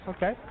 Okay